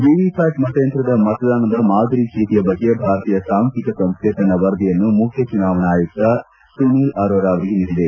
ವಿವಿಪ್ಡಾಟ್ ಮತಯಂತ್ರದ ಮತದಾನದ ಮಾದರಿ ಚೀಟಿಯ ಬಗ್ಗೆ ಭಾರತೀಯ ಸಾಂಖ್ಣಿಕ ಸಂಸ್ಥೆ ತನ್ನ ವರದಿಯನ್ನು ಮುಖ್ಯ ಚುನಾವಣಾ ಆಯುಕ್ತ ಸುನೀಲ್ ಅರೋರಾ ಅವರಿಗೆ ನೀಡಿದೆ